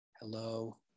Hello